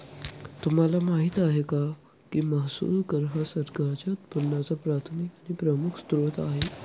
तुम्हाला माहिती आहे का की महसूल कर हा सरकारच्या उत्पन्नाचा प्राथमिक आणि प्रमुख स्त्रोत आहे